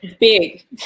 Big